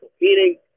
Meaning